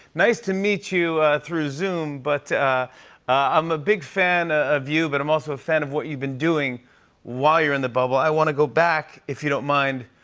nice to meet you through zoom, but i'm a big fan ah of you, but i'm also a fan of what you've been doing while you're in the bubble. i want to go back, if you don't mind,